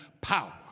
power